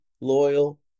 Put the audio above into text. loyal